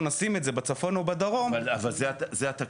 נשים את זה בצפון או בדרום --- אבל אלה התקנות.